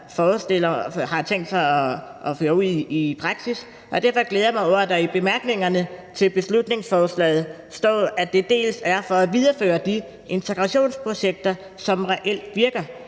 har tænkt sig at føre ud i praksis. Derfor glæder jeg mig over, at der i bemærkningerne til beslutningsforslaget står, at det også er for at videreføre de integrationsprojekter, som reelt virker,